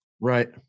Right